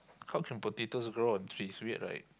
how can potatoes grow on trees weird right